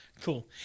Cool